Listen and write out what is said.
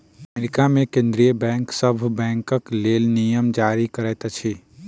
America मे केंद्रीय bank सभ बैंकक लेल नियम जारी करैत अछि